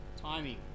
timing